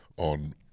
On